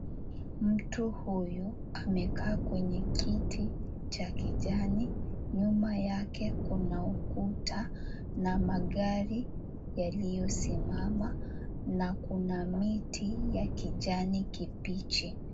Mtu huyu amekaa kwenye kiti cha kijani, nyuma yake kuna ukuta na magari yaliyosimama na kuna miti ya kijani kibichi.